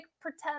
pretend